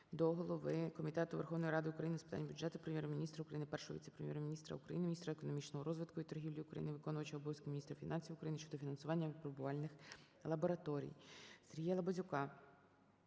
до голови Комітету Верховної Ради України з питань бюджету, Прем'єр-міністра України, Першого віце-прем'єр-міністра України - міністра економічного розвитку і торгівлі України, виконувача обов'язків міністра фінансів України щодо фінансування випробувальних лабораторій. СергіяЛабазюка